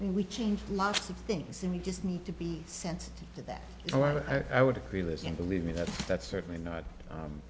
we change lots of things and we just need to be sensitive to that but i would agree with you believe me that that's certainly not